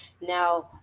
Now